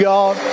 God